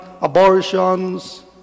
abortions